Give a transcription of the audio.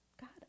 God